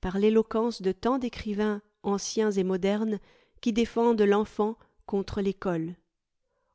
par l'éloquence de tant d'écrivains anciens et modernes qui défendent l'enfant contre l'ecole